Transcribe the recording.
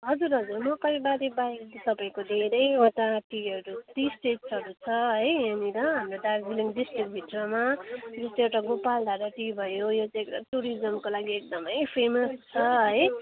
हजुर हजुर मकैबारीबाहेक तपाईँको धेरैवटा टीहरू टी एस्टेटहरू छ है यहाँनिर हाम्रो दार्जिलिङ डिस्ट्रिक्टभित्रमा जस्तै एउटा गोपाल धारा टी भयो यो चाहिँ टुरिजमको लागि एकदमै फेमस छ है